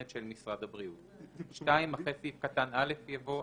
של משרד הבריאות."; (2)אחרי סעיף קטן (א) יבוא: